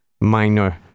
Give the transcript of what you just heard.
minor